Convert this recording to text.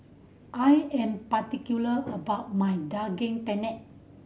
I am particular about my Daging Penyet